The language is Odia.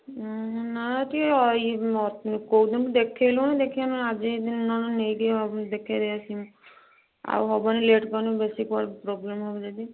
ନହେଲେ ନାହିଁ ଟିକେ କେଉଁଦିନୁ ଦେଖେଇଲୁଣୁ ଦେଖିବା ନହେଲେ ଆଜି ଯଦି ନନାଇଁ ନେଇକି ହେବ ଯଦି ଦେଖେଇଦେଇ ଆସିବୁ ଆଉ ହେବନି ଲେଟ୍ କଲେ ବେଶୀ କୁଆଡ଼େ ପ୍ରୋବ୍ଲେମ୍ ହେବ ଯେଦି